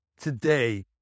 today